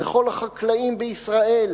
וכל החקלאים בישראל